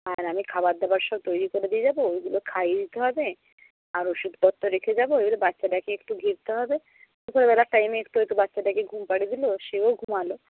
আর আমি খাবার দাবার সব তৈরি করে দিয়ে যাব ওইগুলো খাইয়ে দিতে হবে আর ওষুধপত্র রেখে যাব এবারে বাচ্চাটাকে একটু দেখতে হবে দুপুরবেলার টাইমে একটু হয়তো বাচ্চাটাকে ঘুম পাড়িয়ে দিলো সেও ঘুমোলো